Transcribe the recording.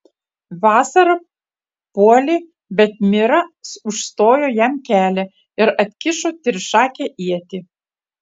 vasara puolė bet mira užstojo jam kelią ir atkišo trišakę ietį